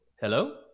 hello